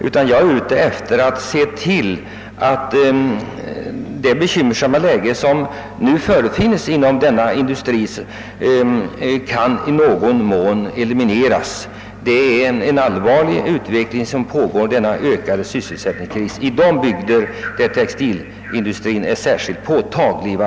Mitt syfte är att få en förhättrad sysselsättning till stånd inom denna industri. Den ökade sysselsättningskrisen i textilbygder är mycket allvarlig.